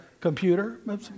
computer